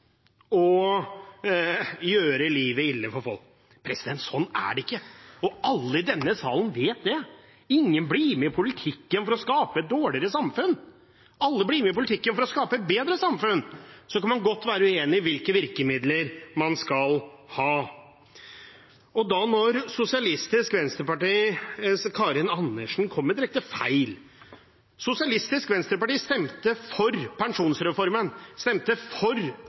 å gjøre livet ille for folk. Sånn er det ikke, og alle i denne salen vet det. Ingen blir med i politikken for å skape et dårligere samfunn. Alle blir med i politikken for å skape et bedre samfunn. Så kan man godt være uenig om hvilke virkemidler man skal ha. Sosialistisk Venstrepartis Karin Andersen kommer med direkte feil. Sosialistisk Venstreparti stemte for pensjonsreformen, stemte for